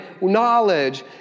knowledge